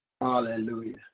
Hallelujah